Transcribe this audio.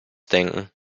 denken